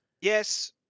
Yes